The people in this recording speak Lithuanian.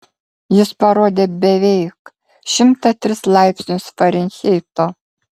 jis parodė beveik šimtą tris laipsnius farenheito